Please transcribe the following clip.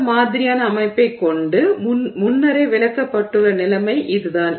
இந்த மாதிரியான அமைப்பைக் கொண்டு முன்னரே விளக்கப்பட்டுள்ள நிலைமை இதுதான்